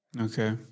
Okay